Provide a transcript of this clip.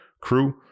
crew